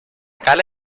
cala